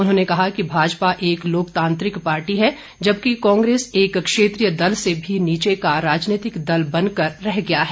उन्होंने कहा कि भाजपा एक लोकतांत्रिक पार्टी है जबकि कांग्रेस एक क्षेत्रीय दल से भी नीचे का राजनीतिक दल बन कर रह गया है